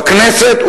בכנסת,